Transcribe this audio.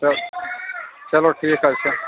چلو چلو ٹھیٖک حظ چھُ